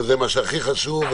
וזה מה שהכי חשוב,